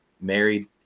married